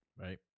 Right